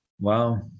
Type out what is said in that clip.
Wow